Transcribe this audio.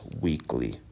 weekly